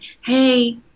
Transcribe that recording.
Hey